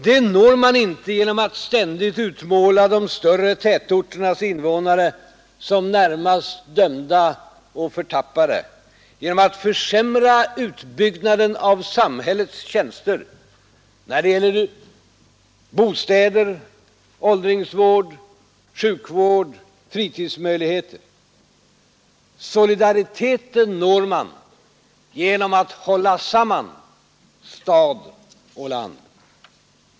Det når man inte genom att ständigt utmåla de större tätorternas invånare som närmast dömda och förtappade, genom att försämra utbyggnaden av samhällets tjänster när det gäller bostäder, åldringsvård, sjukvård, fritidsmöjligheter. Solidariteten når man genom att hålla samman stad och land.